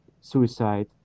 suicide